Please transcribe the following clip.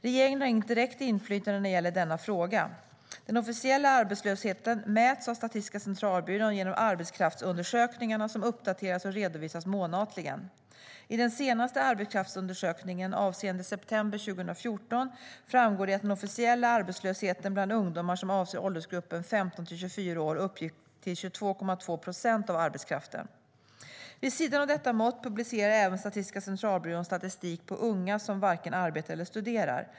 Regeringen har inget direkt inflytande när det gäller denna fråga. Den officiella arbetslösheten mäts av Statistiska centralbyrån genom arbetskraftsundersökningarna som uppdateras och redovisas månatligen. I den senaste arbetskraftsundersökningen, avseende september 2014, framgår det att den officiella arbetslösheten bland ungdomar som avser åldersgruppen 15-24 år uppgick till 22,2 procent av arbetskraften. Vid sidan av detta mått publicerar även Statistiska centralbyrån statistik på unga som varken arbetar eller studerar.